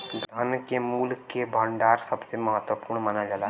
धन के मूल्य के भंडार सबसे महत्वपूर्ण मानल जाला